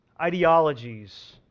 ideologies